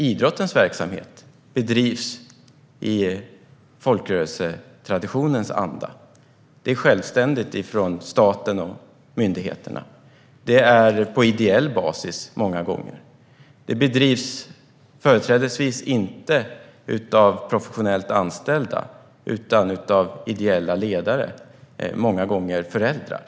Idrottens verksamhet bedrivs i folkrörelsetraditionens anda. Det sker självständigt från staten och myndigheterna. Det sker många gånger på ideell basis. Verksamheten bedrivs företrädesvis inte av professionella anställda utan av ideella ledare, många gånger föräldrar.